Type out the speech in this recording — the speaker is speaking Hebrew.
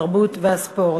התרבות והספורט.